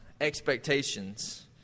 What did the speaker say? expectations